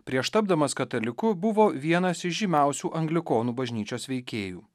prieš tapdamas kataliku buvo vienas įžymiausių anglikonų bažnyčios veikėjų